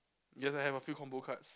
you also have a few combo cards